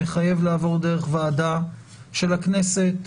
מחייב לעבור דרך ועדה של הכנסת,